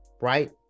right